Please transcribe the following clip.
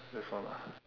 that's one ah